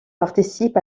participent